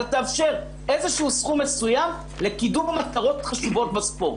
אלא תאפשר איזשהו סכום מסוים לקידום מטרות חשובות בספורט,